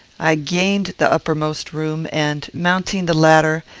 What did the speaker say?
i gained the uppermost room, and, mounting the ladder,